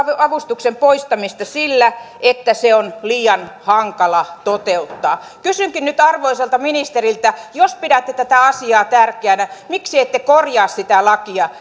avustuksen poistamista sillä että se on liian hankala toteuttaa kysynkin nyt arvoisalta ministeriltä jos pidätte tätä asiaa tärkeänä miksi ette korjaa sitä lakia